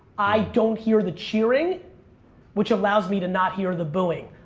i don't hear the cheering which allows me to not hear the booing.